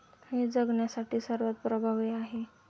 हे जगण्यासाठी सर्वात प्रभावी आहे